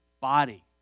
body